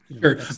sure